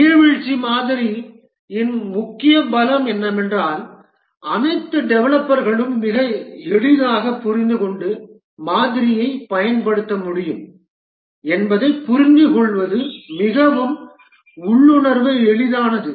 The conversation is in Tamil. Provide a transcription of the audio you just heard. நீர்வீழ்ச்சி மாதிரியின் முக்கிய பலம் என்னவென்றால் அனைத்து டெவலப்பர்களும் மிக எளிதாக புரிந்துகொண்டு மாதிரியைப் பயன்படுத்த முடியும் என்பதைப் புரிந்துகொள்வது மிகவும் உள்ளுணர்வு எளிதானது